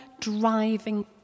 driving